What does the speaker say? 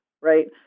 right